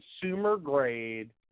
consumer-grade